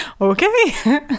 Okay